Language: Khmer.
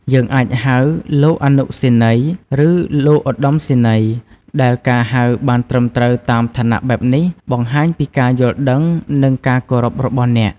យើងអាចហៅ "លោកអនុសេនីយ៍" ឬ "លោកឧត្តមសេនីយ៍" ដែលការហៅបានត្រឹមត្រូវតាមឋានៈបែបនេះ បង្ហាញពីការយល់ដឹង និង ការគោរពរបស់អ្នក។